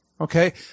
Okay